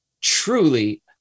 truly